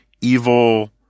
evil